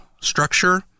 structure